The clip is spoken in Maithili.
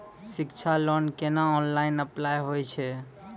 शिक्षा लोन केना ऑनलाइन अप्लाय होय छै?